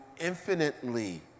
infinitely